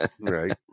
right